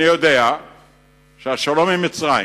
אני יודע שהשלום עם מצרים